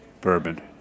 Bourbon